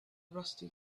rusty